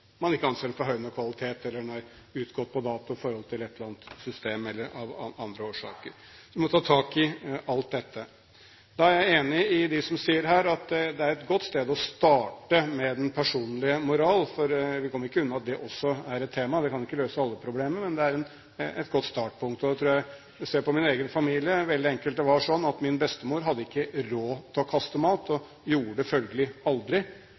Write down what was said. kvalitet, den er utgått på dato i et eller annet system, eller av andre årsaker. Så vi må ta tak i alt dette. Jeg er enig med dem som sier at det er et godt sted å starte med den personlige moral, for vi kommer ikke unna at det også er et tema – det kan ikke løse alle problemene, men det er et godt startpunkt. Jeg kan se på min egen familie – min bestemor hadde ikke råd til å kaste mat og gjorde det følgelig aldri.